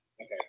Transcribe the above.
Okay